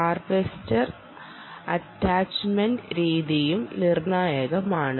harvester attachment രീതിയും നിർണായകമാണ്